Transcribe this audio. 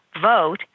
vote